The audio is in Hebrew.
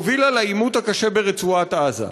שהובילה לעימות הקשה ברצועת-עזה.